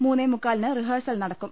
മൂന്നേ മുക്കാലിന് റിഹേഴ്സൽ നടക്കും